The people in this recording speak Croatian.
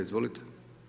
Izvolite.